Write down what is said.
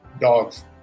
Dogs